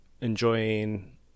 enjoying